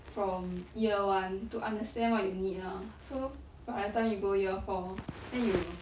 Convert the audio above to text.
from year one to understand what you need lah so by the time you go year four then you